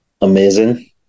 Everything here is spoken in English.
amazing